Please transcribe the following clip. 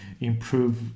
improve